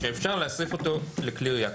שאפשר להסב אותו לכלי ירייה...",